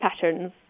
patterns